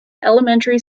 elementary